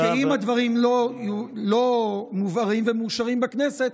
כי אם הדברים לא מובהרים ומאושרים בכנסת,